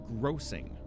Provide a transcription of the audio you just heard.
grossing